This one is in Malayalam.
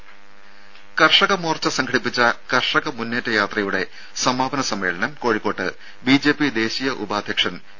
രുര കർഷകമോർച്ച സംഘടിപ്പിച്ച കർഷക മുന്നേറ്റ യാത്രയുടെ സമാപന സമ്മേളനം കോഴിക്കോട്ട് ബിജെപി ദേശീയ ഉപാധ്യക്ഷൻ എ